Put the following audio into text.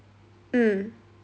mm